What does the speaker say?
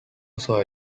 also